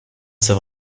sait